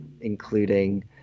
including